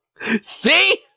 See